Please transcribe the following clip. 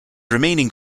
remaining